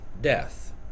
death